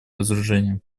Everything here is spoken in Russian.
разоружения